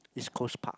East-Coast-Park